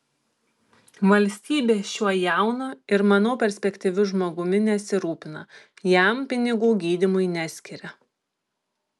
valstybė šiuo jaunu ir manau perspektyviu žmogumi nesirūpina jam pinigų gydymui neskiria